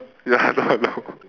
ya I know I know